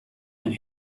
and